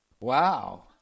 wow